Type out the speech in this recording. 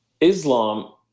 islam